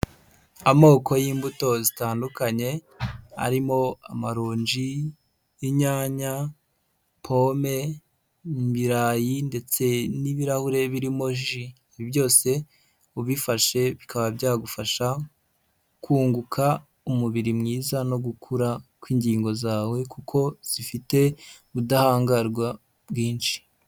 Amoko y'imbuto zitandukanye, arimo amaronji, inyanya, pome, ibirayi ndetse n'ibirahure birimo ji. Ibi byose ubifashe bikaba byagufasha kunguka umubiri mwiza no gukura kw'ingingo zawe kuko zifite ubudahangarwa bwinshi.